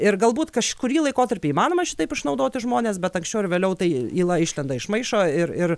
ir galbūt kažkurį laikotarpį įmanoma šitaip išnaudoti žmones bet anksčiau ar vėliau tai yla išlenda iš maišo ir ir